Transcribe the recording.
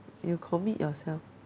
you commit yourself